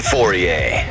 Fourier